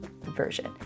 version